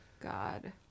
God